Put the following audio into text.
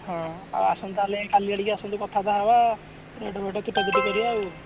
ହଉ ଆସନ୍ତୁ ତା'ହେଲେ କାଲି ଆଡ଼କୁ ଆସନ୍ତୁ କଥାବାର୍ତ୍ତା ହେବା ରେଟ୍ ଫେଟେ ତୁଟାତୁଟି କରିବା ଆଉ